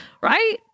right